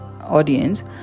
audience